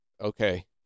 Okay